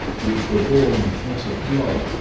which were born, not of blood,